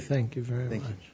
thank you very much